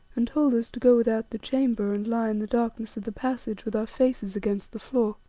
and told us to go without the chamber and lie in the darkness of the passage with our faces against the floor.